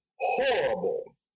horrible